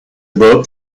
book